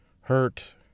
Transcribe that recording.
hurt